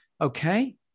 Okay